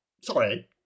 sorry